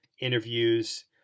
interviews